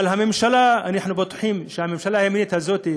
אבל הממשלה, אנחנו בטוחים שהממשלה הימנית הזאת,